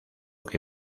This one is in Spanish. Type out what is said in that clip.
que